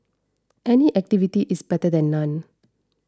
any activity is better than none